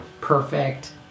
perfect